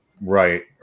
Right